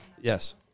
Yes